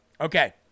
Okay